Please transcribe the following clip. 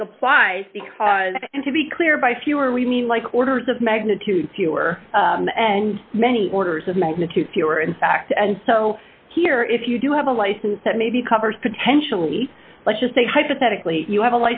think applies because and to be clear by fewer we need like orders of magnitude fewer and many orders of magnitude fewer in fact and so here if you do have a license that maybe covers potentially let's just say hypothetically you have a